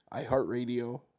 iHeartRadio